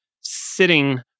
sitting